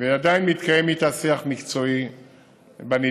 ועדיין מתקיים איתה שיח מקצועי בנדון.